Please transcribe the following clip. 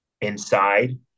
inside